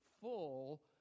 full